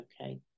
okay